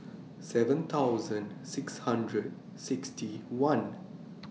seven thousand six hundred sixty one